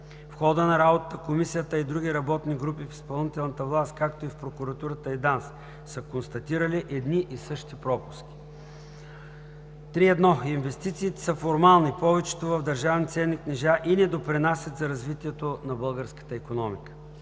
В хода на работата на Комисията, а и другите работни групи в изпълнителната власт, както и в прокуратурата и ДАНС са констатирали едни и същи пропуски: 3.1. Инвестициите са формални, повечето в държавни ценни книжа, и не допринасят за развитието на българската икономика.